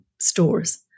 stores